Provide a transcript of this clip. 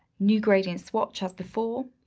new gradient swatch has the full,